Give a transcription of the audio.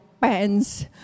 pants